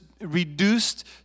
reduced